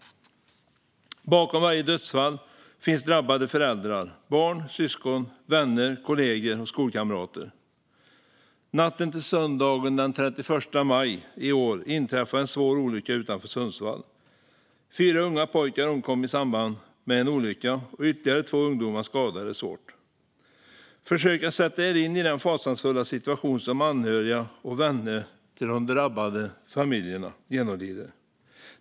Bakom varje dödsfall finns drabbade föräldrar, barn, syskon, vänner, kollegor och skolkamrater. Natten till söndagen den 31 maj i år inträffade en svår olycka utanför Sundsvall. Fyra unga pojkar omkom i samband med en olycka, och ytterligare två ungdomar skadades svårt. Försök att sätta er in i den fasansfulla situation som anhöriga och vänner till de drabbade familjerna genomlider.